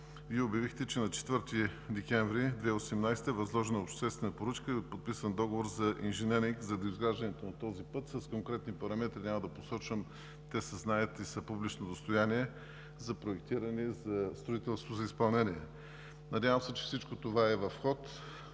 Вие обявихте, че на 4 декември 2018 г. е възложена обществена поръчка и е подписан договор за инженеринг за доизграждането на пътя с конкретни параметри – няма да ги посочвам, те се знаят и са публично достояние, за проектиране и за строителство за изпълнение. Надявам се, че всичко това е в ход